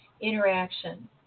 interaction